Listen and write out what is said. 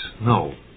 No